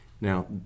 now